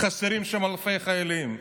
חסרים שם אלפי חיילים.